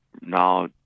now